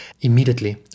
immediately